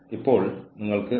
മോശം പ്രകടനമാണ് മറ്റൊന്ന്